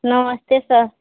नमस्ते सर